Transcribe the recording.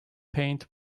paint